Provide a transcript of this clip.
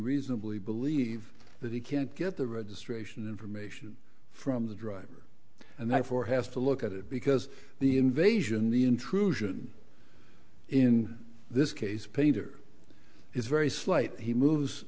reasonably believe that he can't get the registration information from the driver and i for has to look at it because the invasion the intrusion in this case peter is very slight he moves